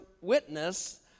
witness